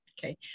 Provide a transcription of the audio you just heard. Okay